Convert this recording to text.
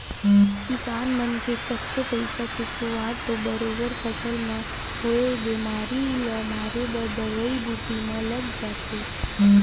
किसान मन के कतको पइसा के खुवार तो बरोबर फसल म होवई बेमारी ल मारे बर दवई बूटी म लग जाथे